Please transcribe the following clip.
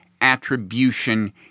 attribution